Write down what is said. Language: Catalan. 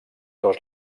dos